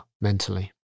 mentally